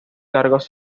cargos